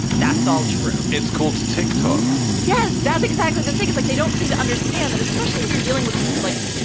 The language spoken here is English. that's all true. it's called tick tock. yes, that's exactly the thing is like they don't seem to understand that, especially when you're dealing with, like,